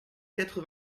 quatre